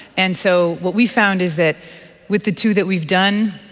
and so what we've found is that with the two that we've done,